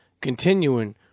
continuing